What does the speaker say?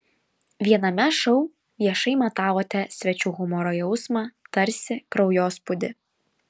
viename šou viešai matavote svečių humoro jausmą tarsi kraujospūdį